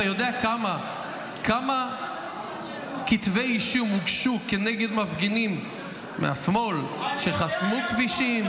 אתה יודע כמה כתבי אישום הוגשו כנגד מפגינים מהשמאל שחסמו כבישים?